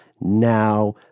now